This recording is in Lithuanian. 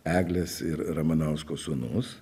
eglės ir ramanausko sūnus